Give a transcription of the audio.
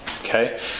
okay